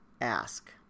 ask